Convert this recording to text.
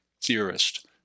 theorist